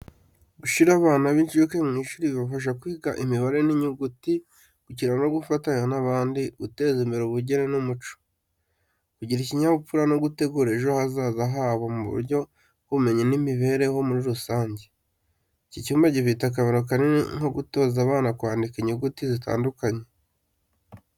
Gushyira abana b’incuke mu ishuri bibafasha kwiga imibare n’inyuguti, gukina no gufatanya n’abandi, guteza imbere ubugeni n’umuco, kugira ikinyabupfura, no gutegura ejo hazaza haba mu buryo bw’ubumenyi n’imibereho muri rusange. Iki cyumba gifite akamaro kanini nko gutoza abana kwandika inyuguti zitandukanye.